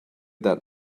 that